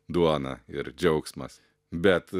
duona ir džiaugsmas bet